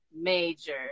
major